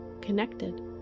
connected